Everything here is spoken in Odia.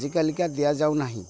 ଆଜିକାଲିକା ଦିଆଯାଉ ନାହିଁ